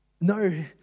No